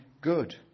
good